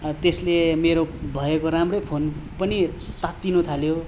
त्यसले मेरो भएको राम्रै फोन पनि तात्तिनु थाल्यो